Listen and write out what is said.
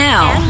now